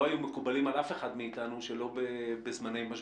היו מקובלים על אף אחד מאיתנו שלא בזמני משבר.